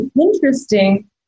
interesting